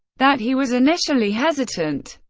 that he was initially hesitant,